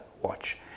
watch